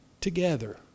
together